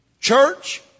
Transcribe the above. church